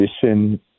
position